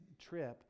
trip